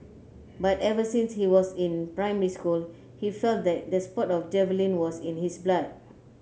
but ever since he was in primary school he felt that the sport of javelin was in his blood